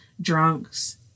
drunks